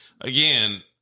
again